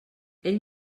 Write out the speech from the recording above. ell